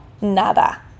Nada